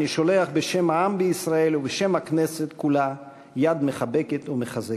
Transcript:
אני שולח בשם העם בישראל ובשם הכנסת כולה יד מחבקת ומחזקת.